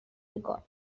record